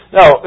Now